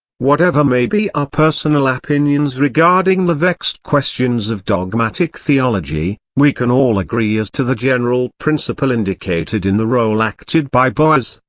whatever may be our personal opinions regarding the vexed questions of dogmatic theology, we can all agree as to the general principle indicated in the role acted by boaz.